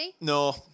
No